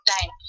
Time